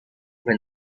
when